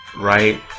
right